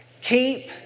Keep